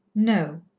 no,